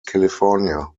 california